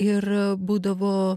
ir būdavo